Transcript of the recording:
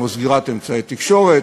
כמו סגירת אמצעי תקשורת,